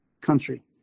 country